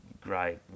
great